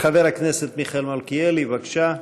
חבר הכנסת מיכאל מלכיאלי, בבקשה.